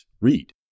read